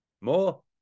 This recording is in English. More